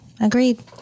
Agreed